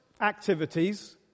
activities